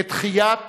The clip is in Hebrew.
את תחיית